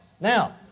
Now